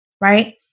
Right